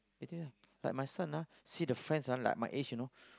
itulah like my son ah see the friends ah like my age you know